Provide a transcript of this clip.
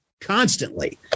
constantly